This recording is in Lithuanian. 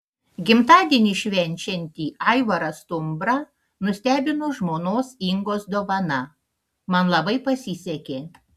gimtadienį švenčiantį aivarą stumbrą nustebino žmonos ingos dovana man labai pasisekė